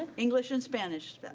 and english and spanish. but